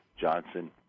Johnson